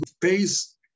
pays